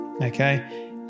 Okay